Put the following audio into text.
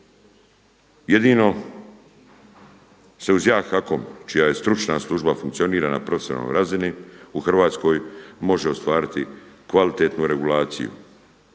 Jedino se uz jak HAKOM čija je stručna služba funkcionira na profesionalnoj razini u Hrvatskoj može ostvariti kvalitetnu regulaciju.